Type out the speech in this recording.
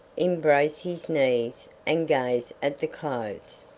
embrace his knees, and gaze at the clothes.